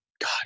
God